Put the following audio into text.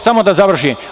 Samo da završim.